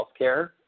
HealthCare